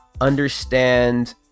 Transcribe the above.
understand